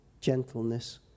gentleness